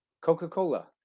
coca-cola